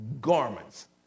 garments